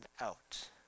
out